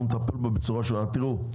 אנחנו נטפל בו בצורה --- תראו,